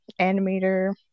animator